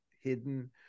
hidden